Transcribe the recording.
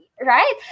right